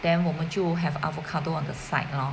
then 我们就 have avocado on the side lor